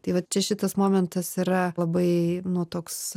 tai vat čia šitas momentas yra labai nu toks